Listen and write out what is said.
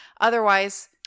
otherwise